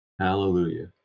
hallelujah